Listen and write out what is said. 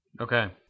Okay